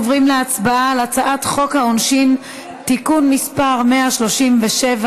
עוברים להצבעה על הצעת חוק העונשין (תיקון מס' 137),